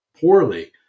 poorly